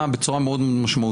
האכיפה, בצורה מאוד משמעותית.